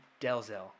Delzell